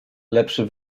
lepszy